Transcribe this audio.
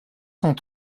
cent